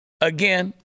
Again